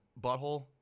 butthole